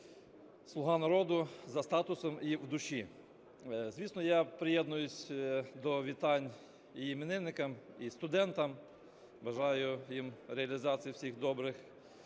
"Слуга народу" за статусом і в душі. Звісно, я приєднуюсь до вітань іменинникам і студентам, бажаю їм реалізації всіх добрих